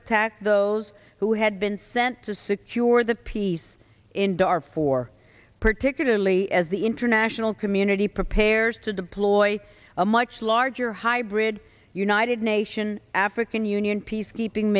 attack those who had been sent to secure the peace in dar for particularly as the international community prepares to deploy a much larger hybrid united nation african union peacekeeping